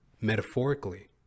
metaphorically